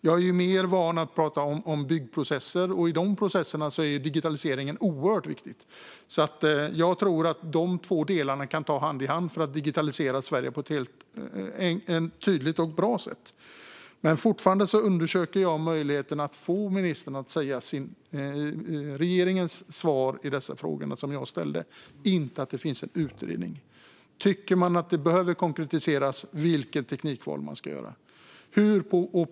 Jag är mer van vid att prata om byggprocesser, och i de processerna är digitaliseringen oerhört viktig. Jag tror att de två delarna kan gå hand i hand för att Sverige ska digitaliseras på ett tydligt och bra sätt. Fortfarande undersöker jag möjligheten att få ministern att ge regeringens svar på de frågor som jag har ställt - inte att det pågår en utredning. Tycker man att vilket teknikval som ska göras behöver konkretiseras?